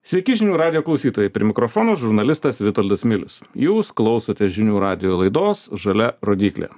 sveiki žinių radijo klausytojai prie mikrofono žurnalistas vitoldas milius jūs klausote žinių radijo laidos žalia rodyklė